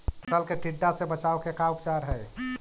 फ़सल के टिड्डा से बचाव के का उपचार है?